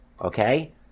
Okay